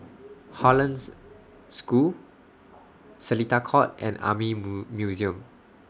Hollandse School Seletar Court and Army Museum